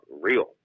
real